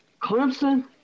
Clemson